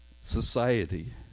society